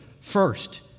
first